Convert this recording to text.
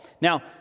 Now